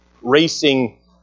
racing